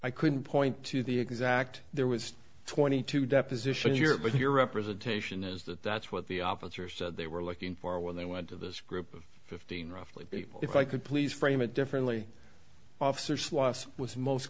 i couldn't point to the exact there was twenty two depositions your but your representation is that that's what the officers said they were looking for when they went to this group of fifteen roughly people if i could please frame it differently officer sloss was most